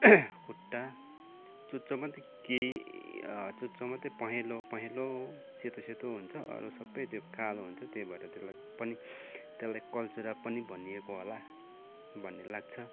खुट्टा चुच्चो मात्रै केही चुच्चो मात्रै पहेँलो पहेँलो सेतो सेतो हुन्छ अरू सबै त्यो कालो हुन्छ त्यही भएर त्यसलाई पनि त्यसलाई कल्चौँडा पनि भनिएको होला भन्ने लाग्छ